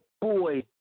boy